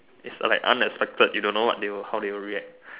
it's like unexpected you don't know like how they will react